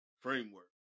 Framework